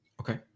Okay